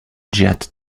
jet